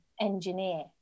engineer